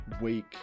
week